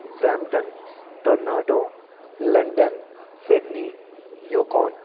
Brampton Toronto London Sydney Yukon